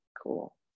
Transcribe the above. cool